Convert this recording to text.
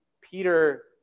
Peter